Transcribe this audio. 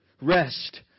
rest